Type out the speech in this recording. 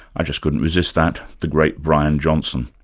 i just couldn't resist that. the great brian johnston.